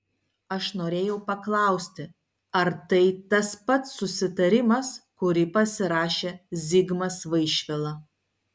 aš norėjau paklausti ar tai tas pats susitarimas kurį pasirašė zigmas vaišvila